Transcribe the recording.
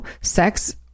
sex